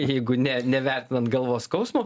jeigu ne nevertinant galvos skausmo